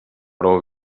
prou